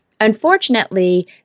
Unfortunately